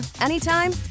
anytime